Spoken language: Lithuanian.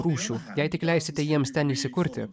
rūšių jei tik leisite jiems ten įsikurti